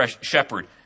shepherd